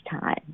time